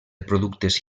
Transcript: productes